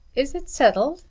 is it settled?